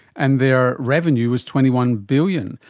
and their revenue was twenty one billion